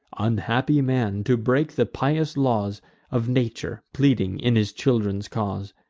unhappy man, to break the pious laws of nature, pleading in his children's cause!